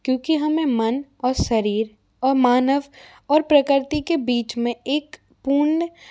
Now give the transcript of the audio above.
क्योंकि हमें मन और शरीर और मानव और प्रकृति बीच में एक पूर्ण